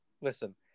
listen